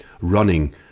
running